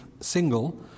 single